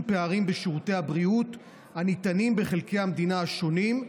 פערים בשירותי הבריאות הניתנים בחלקי המדינה השונים,